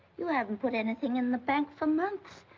you haven't put anything in the bank for months.